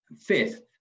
Fifth